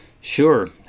Sure